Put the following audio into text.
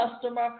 customer